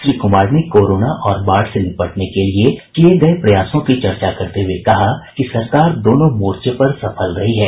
श्री कुमार ने कोरोना और बाढ़ से निपटने के लिये किये गये प्रयासों की चर्चा करते हुए कहा कि सरकार दोनों मोर्चे पर सफल हो रही है